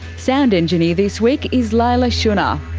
sound engineer this week is leila shunnar,